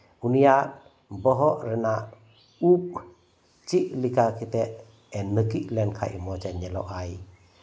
ᱩᱱᱤᱭᱟᱜ ᱵᱚᱦᱚᱜ ᱨᱮᱱᱟᱜ ᱩᱵ ᱪᱮᱫ ᱞᱮᱠᱟ ᱠᱟᱛᱮᱜ ᱱᱟᱹᱠᱤᱡ ᱞᱮᱱᱠᱷᱟᱱ ᱢᱚᱸᱡ ᱮ ᱧᱮᱞᱚᱜ ᱟᱭ